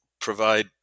provide